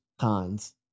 cons